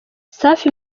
safi